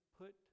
put